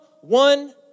one